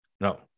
no